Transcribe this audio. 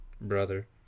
brother